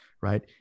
Right